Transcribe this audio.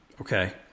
Okay